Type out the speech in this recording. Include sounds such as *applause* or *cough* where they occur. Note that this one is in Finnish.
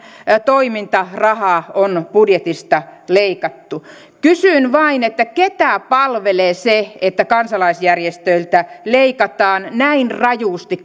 toimintaraha on budjetista leikattu kysyn vain ketä palvelee se että kansalaisjärjestöiltä leikataan näin rajusti *unintelligible*